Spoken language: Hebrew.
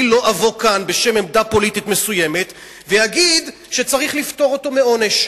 אני לא אבוא כאן בשם עמדה פוליטית מסוימת ואגיד שצריך לפטור אותו מעונש.